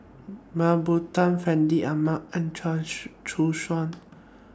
Mah Bow Tan Fandi Ahmad and Chia Choo Suan